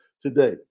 today